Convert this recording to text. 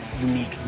unique